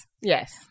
Yes